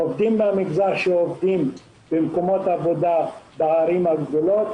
אנשים שעובדים במקומות עבודה בערים הגדולות,